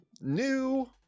new